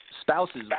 Spouses